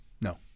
No